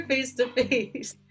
face-to-face